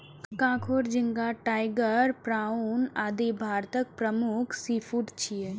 कांकोर, झींगा, tiger prawn, आदि भारतक प्रमुख सीफूड छियै